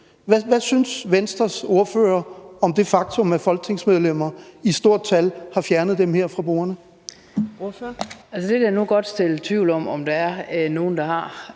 Hvad synes Venstres ordfører om det faktum, at folketingsmedlemmer i stort tal har fjernet dem her fra bordene? Kl. 13:28 Fjerde næstformand (Trine Torp):